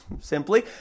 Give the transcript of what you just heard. Simply